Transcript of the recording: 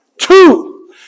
Two